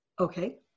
Okay